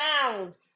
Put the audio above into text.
sound